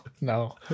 no